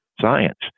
science